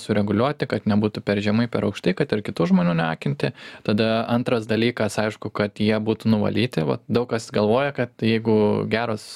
sureguliuoti kad nebūtų per žemai per aukštai kad ir kitų žmonių neakinti tada antras dalykas aišku kad jie būtų nuvalyti vat daug kas galvoja kad jeigu geros